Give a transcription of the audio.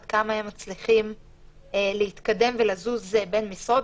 עד כמה הם מצליחים להתקדם ולזוז בין משרות?